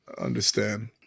Understand